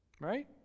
right